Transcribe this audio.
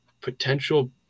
potential